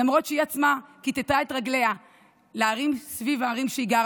למרות שהיא עצמה כיתתה את רגליה סביב הערים באזור